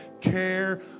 care